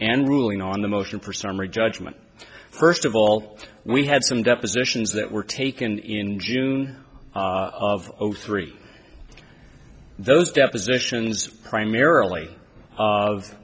and ruling on the motion for summary judgment first of all we have some depositions that were taken in june of zero three those depositions primarily of